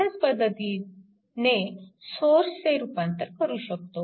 अशा पद्धतीने सोर्सचे रूपांतर करू शकतो